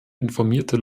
informierte